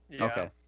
Okay